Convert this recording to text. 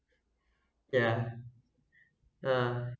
yeah uh